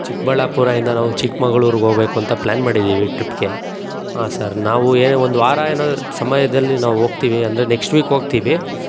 ಚಿಕ್ಕಬಳ್ಳಾಪುರದಿಂದ ನಾವು ಚಿಕ್ಮಂಗ್ಳೂರ್ಗೆ ಹೋಗ್ಬೇಕು ಅಂತ ಪ್ಲಾನ್ ಮಾಡಿದ್ದೀವಿ ಟ್ರಿಪ್ಗೆ ಹಾಂ ಸರ್ ನಾವು ಏನೇ ಒಂದು ವಾರ ಏನಾರು ಸಮಯದಲ್ಲಿ ನಾವು ಹೋಗ್ತೀವಿ ಅಂದರೆ ನೆಕ್ಸ್ಟ್ ವೀಕ್ ಹೋಗ್ತೀವಿ